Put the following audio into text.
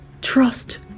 trust